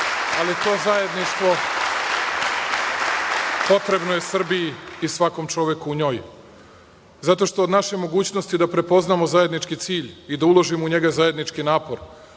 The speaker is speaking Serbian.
ali to zajedništvo potrebno je Srbiju i svakom čoveku u njoj zato što od naše mogućnosti da prepoznamo zajednički cilj i da uložimo u njega zajednički napor,